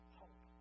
hope